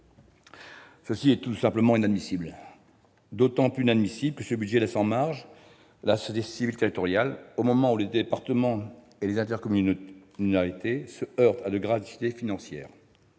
C'est tout simplement inadmissible ! Cela l'est d'autant plus que ce budget laisse en marge la sécurité civile territoriale au moment où les départements et les intercommunalités se heurtent à de graves difficultés financières.